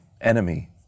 enemy